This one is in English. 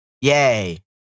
Yay